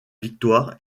victoire